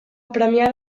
premià